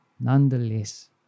nonetheless